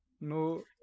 no